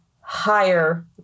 higher